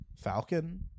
Falcon